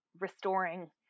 restoring